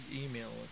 email